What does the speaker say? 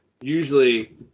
Usually